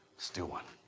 just do one.